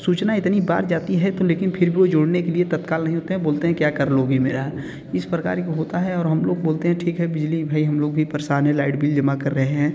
सूचना इतनी बार जाती है तो लेकिन फिर वो जोड़ने के लिए तत्काल नहीं होते हैं बोलते हैं क्या कर लोगे मेरा इस परकार वो होता है और हम लोग बोलते हैं ठीक है बिजली भई हम लोग भी परेशान है लाइट बिल जमा कर रहे हैं